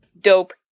Dope